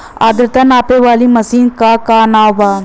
आद्रता नापे वाली मशीन क का नाव बा?